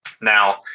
Now